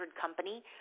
company